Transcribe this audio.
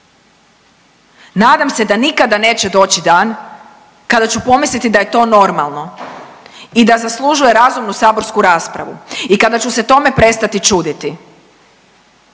Nadam se da nikada neće doći dan kada ću pomisliti da je to normalno i da zaslužuje razumnu saborsku raspravu. I kada ću se tome prestati čuditi